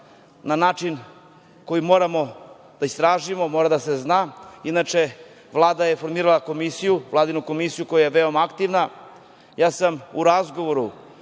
na način koji moramo da istražimo, mora da se zna. Inače, Vlada je formirala komisiju koja je veoma aktivna. Ja sam razgovarao